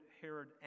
Herod